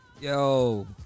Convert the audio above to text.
Yo